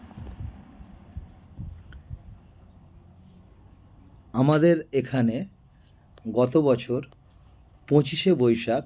আমাদের এখানে গত বছর পঁচিশে বৈশাখ